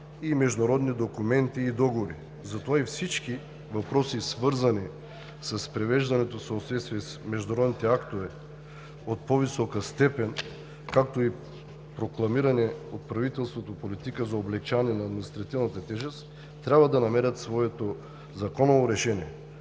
и международни документи и договори. Затова всички въпроси, свързани с привеждането в съответствие с международните актове от по-висока степен, както и прокламиране от правителството на политика за облекчаване на административната тежест, трябва да намерят своето законово решение.